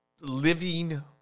living